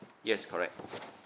yes correct